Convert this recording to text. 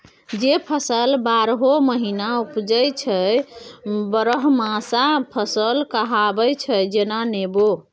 जे फसल बारहो महीना उपजै छै बरहमासा फसल कहाबै छै जेना नेबो